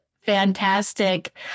fantastic